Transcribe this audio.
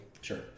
sure